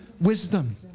wisdom